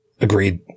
Agreed